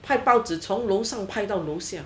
拍报纸从楼上拍到楼下